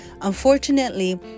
Unfortunately